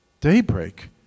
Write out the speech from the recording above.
Daybreak